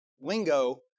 lingo